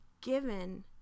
given